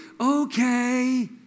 okay